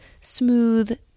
smooth